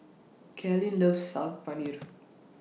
Cailyn loves Saag Paneer